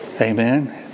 amen